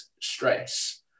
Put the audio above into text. stress